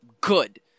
good